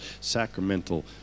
sacramental